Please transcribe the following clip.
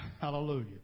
Hallelujah